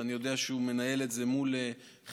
ואני יודע שהוא מנהל את זה מול חזי,